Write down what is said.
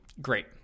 great